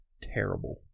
Terrible